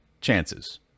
chances